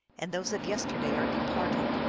and those of yesterday are departed.